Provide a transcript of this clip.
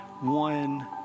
one